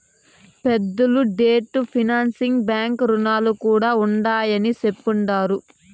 పెద్దలు debt financing బాంకీ రుణాలు కూడా ఉండాయని చెప్తండారు